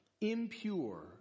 impure